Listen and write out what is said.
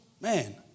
Man